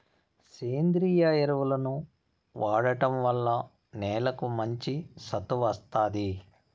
సేంద్రీయ ఎరువులను వాడటం వల్ల నేలకు మంచి సత్తువ వస్తాది